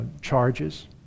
charges